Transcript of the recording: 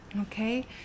Okay